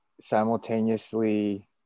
simultaneously